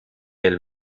elle